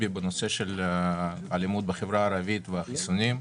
בנושא של אלימות בחברה הערבית וחיסונים.